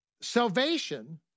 Salvation